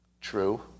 true